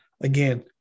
again